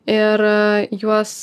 ir juos